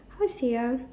how to say ah